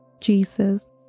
Jesus